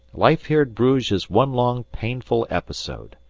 life here at bruges is one long painful episode.